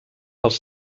als